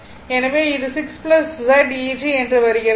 எனவே இது 6 Zeg என்று வருகிறது